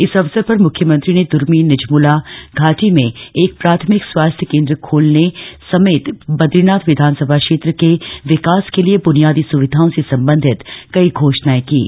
इस अवसर पर मुख्यमंत्री ने दुर्मी निजमुला घाटी में एक प्राथमिक स्वास्थ्य केन्द्र खोलने समेत बदरीनाथ विधानसभा क्षेत्र के विकास के लिए ब्नियादी स्विधाओं से संबंधित कई घोषणाएं कीं